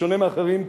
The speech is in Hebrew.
בשונה מאחרים,